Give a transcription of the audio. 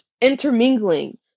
intermingling